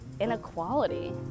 inequality